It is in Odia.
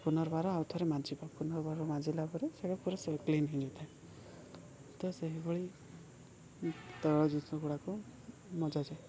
ପୁନର୍ବାର ଆଉ ଥରେ ମାଜିବା ପୁନର୍ବାର ମାଜିଲା ପରେ ସେଇଟା ପୁରା ସେ କ୍ଲିନ୍ ହେଇଥାଏ ତ ସେହିଭଳି ତୈଳ ଜିନିଷ ଗୁଡ଼ାକ ମଜା ଯାଏ